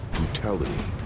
Brutality